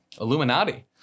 Illuminati